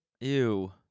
Ew